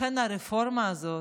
לכן הרפורמה הזו,